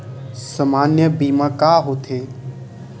सामान्य बीमा का होथे?